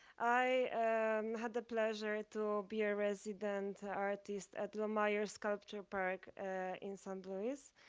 i had the pleasure to be a resident artist at laumeier sculpture park in saint louis.